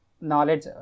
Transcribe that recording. knowledge